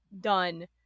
done